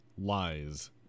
lies